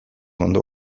ondo